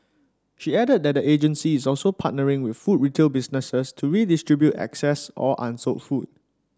she added that the agency is also partnering with food retail businesses to redistribute excess or unsold food